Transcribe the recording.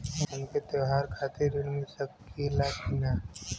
हमके त्योहार खातिर त्रण मिल सकला कि ना?